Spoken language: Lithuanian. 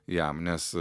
jam nes